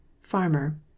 Farmer